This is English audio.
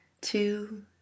two